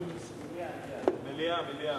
מליאה.